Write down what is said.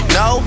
no